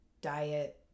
diet